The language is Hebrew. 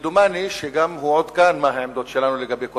ודומני שגם ברורות כאן העמדות שלנו לגבי כל